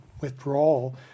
withdrawal